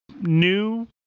new